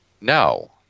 no